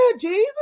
Jesus